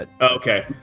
Okay